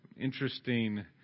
interesting